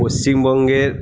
পশ্চিমবঙ্গের